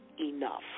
enough